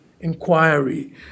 inquiry